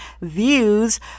views